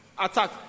attack